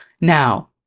now